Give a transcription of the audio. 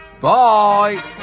Bye